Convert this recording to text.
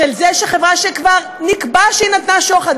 חברה שכבר נקבע שהיא נתנה שוחד,